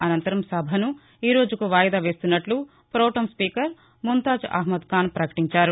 అనంతరం సభసు ఈరోజుకు వాయిదా వేస్తున్నట్లు ప్రొటెంస్పీకర్ ముంతాజ్ అహ్మద్ఖాన్ ప్రపకటించారు